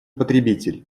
потребитель